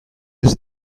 eus